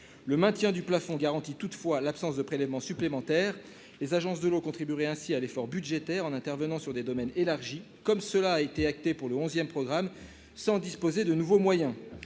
Le maintien du plafond garantit toutefois l'absence de prélèvement supplémentaire. Les agences de l'eau contribueraient ainsi à l'effort budgétaire en intervenant sur des domaines élargis, comme cela a été acté pour le onzième programme, sans disposer de nouveaux moyens.